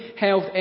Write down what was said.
health